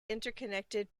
interconnected